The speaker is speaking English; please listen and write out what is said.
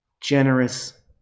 generous